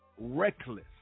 reckless